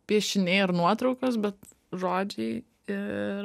piešiniai ar nuotraukos bet žodžiai ir